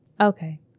Okay